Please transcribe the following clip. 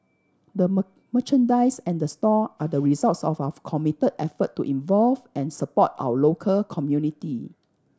the merchandise and the store are the results of our committed effort to involve and support our local community